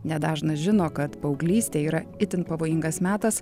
nedažnas žino kad paauglystė yra itin pavojingas metas